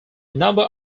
number